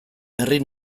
herri